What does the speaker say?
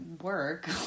work